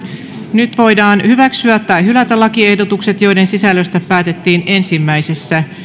nyt voidaan hyväksyä tai hylätä lakiehdotukset joiden sisällöstä päätettiin ensimmäisessä